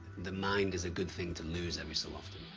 the mind is a good thing to lose every so often.